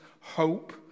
hope